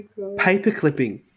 Paperclipping